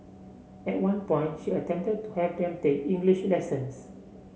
at one point she attempted to have them take English lessons